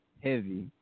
heavy